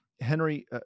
Henry